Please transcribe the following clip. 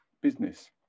business